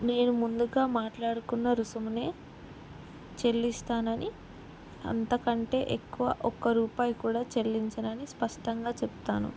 నేను ముందుగా మాట్లాడుకున్న రుసుమునే చెల్లిస్తానని అంతకంటే ఎక్కువ ఒక్క రూపాయి కూడా చెల్లించనని స్పష్టంగా చెప్తాను